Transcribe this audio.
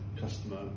customer